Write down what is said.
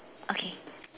okay